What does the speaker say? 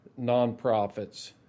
nonprofits